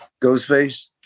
Ghostface